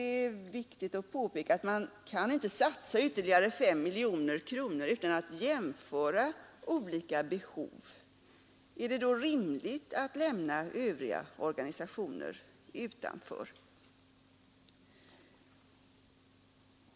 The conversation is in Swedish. Det är viktigt att påpeka att man inte kan satsa ytterligare 5 miljoner kronor utan att jämföra olika behov. Är det då rimligt att lämna övriga organisationer utanför?